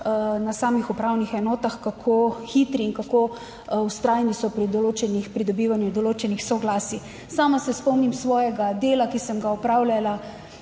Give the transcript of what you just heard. na samih upravnih enotah, kako hitri in kako vztrajni so pri pridobivanju določenih soglasij. Sama se spomnim svojega dela, ki sem ga opravljala,